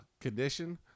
condition